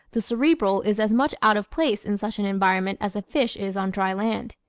the cerebral is as much out of place in such an environment as a fish is on dry land.